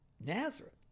Nazareth